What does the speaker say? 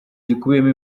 gikubiyemo